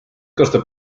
kasutab